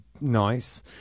nice